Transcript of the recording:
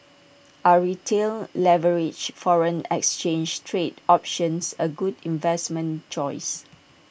are retail leveraged foreign exchange trading options A good investment choice